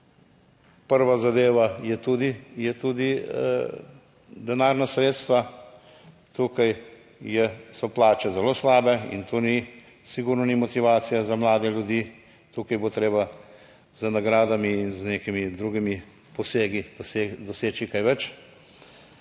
Prva zadeva je tudi, je tudi denarna sredstva. Tukaj so plače zelo slabe in to sigurno ni motivacija za mlade ljudi, tukaj bo treba z nagradami in z nekimi drugimi posegi doseči kaj več.